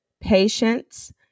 patience